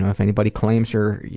if anybody claims her, yeah